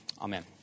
Amen